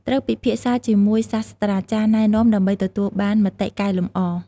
ត្រូវពិភាក្សាជាមួយសាស្រ្តាចារ្យណែនាំដើម្បីទទួលបានមតិកែលម្អ។